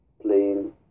playing